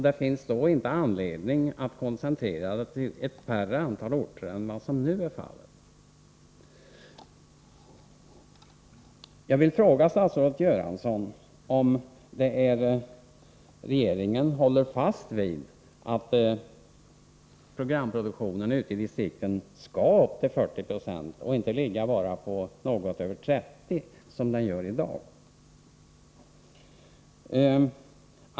Det finns då inte anledning att koncentrera verksamheten till ett mindre antal orter än vad som nu är fallet. Jag vill fråga statsrådet Göransson om regeringen håller fast vid att programproduktionen till 40 90 skall ske ute i distrikten och inte ligga på något över 30 76 som den gör i dag.